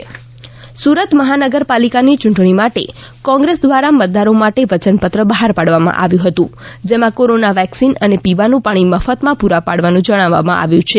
કોંગ્રેસ નો ચૂંટણી પ્રચાર સુરત મહાનગરપાલિકા ની ચૂંટણી માટે કોંગ્રેસ દ્વારા મતદારો માટે વચનપત્ર બહાર પાડવામાં આવ્યું હતું જેમાં કોરોના વેક્સિન અને પીવાનું પાણી મફત માં પૂરા પાડવાનું જણાવવામાં આવ્યું છે